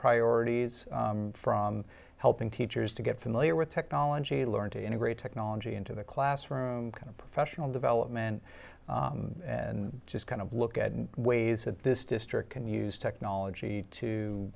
priorities from helping teachers to get familiar with technology learn to integrate technology into the classroom kind of professional development and just kind of look at ways that this district can use technology to